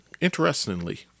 interestingly